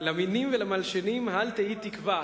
למינים ולמלשינים אל תהי תקווה.